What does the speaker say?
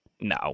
no